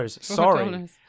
sorry